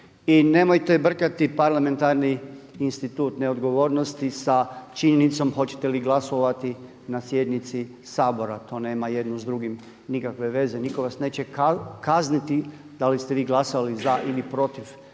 I nemojte brkati parlamentarni institut neodgovornosti sa činjenicom hoćete li glasovati na sjednici Sabora, to nema jedno s drugim nikakve veze. Nitko vas neće kazniti da li ste vi glasali za ili protiv